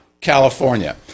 California